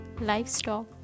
livestock